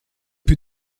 plus